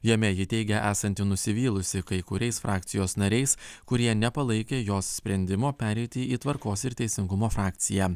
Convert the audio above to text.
jame ji teigia esanti nusivylusi kai kuriais frakcijos nariais kurie nepalaikė jos sprendimo pereiti į tvarkos ir teisingumo frakciją